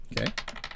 Okay